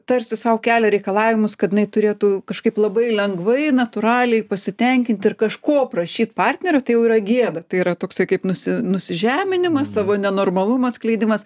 tarsi sau kelia reikalavimus kad jinai turėtų kažkaip labai lengvai natūraliai pasitenkinti ir kažko prašyt partneri tai yra gėda tai yra toksai kaip nusi nusižeminimas savo nenormalumo atskleidimas